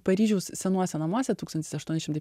paryžiaus senuose namuose tūkstantis aštuoni šimtai